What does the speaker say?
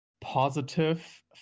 positive